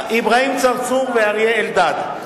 אברהים צרצור ואריה אלדד.